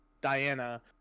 Diana